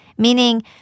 meaning